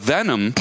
Venom